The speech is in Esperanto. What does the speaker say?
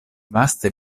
vaste